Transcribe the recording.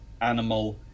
animal